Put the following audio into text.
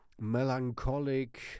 melancholic